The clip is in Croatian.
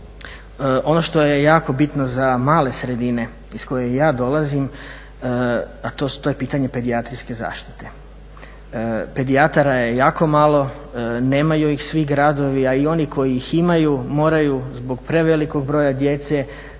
Ono što je jako bitno za male sredine iz koje ja dolazim, a to je pitanje pedijatrijske zaštite. Pedijatara je jako malo, nemaju ih svi gradova, a i oni koji ih imaju moraju zbog prevelikog broja djece